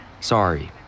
Sorry